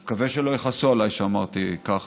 אני מקווה שלא יכעסו עליי שאמרתי כך.